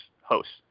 hosts